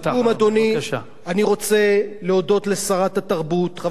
אני רוצה להודות לשרת התרבות חברת הכנסת לימור לבנת,